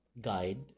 guide